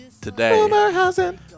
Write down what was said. today